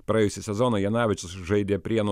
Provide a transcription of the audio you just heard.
praėjusį sezoną janavičius žaidė prienų